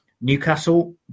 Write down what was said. Newcastle